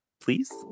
please